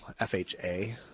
FHA